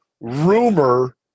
rumor